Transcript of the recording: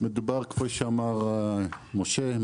כפי שאמר משה,